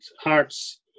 Hearts